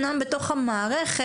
אמנם בתוך המערכת,